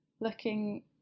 looking